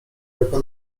jako